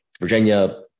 Virginia